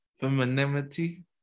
femininity